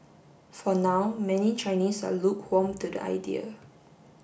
for now many Chinese are lukewarm to the idea